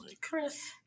Chris